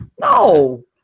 No